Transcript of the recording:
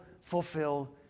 fulfill